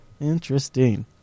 Interesting